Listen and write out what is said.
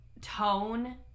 tone-